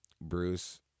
Bruce